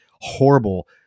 horrible